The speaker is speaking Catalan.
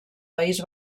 país